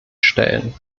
stellen